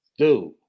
Dude